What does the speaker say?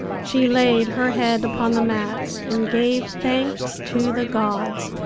she laid her head upon the mats and gave thanks to the gods.